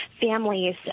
families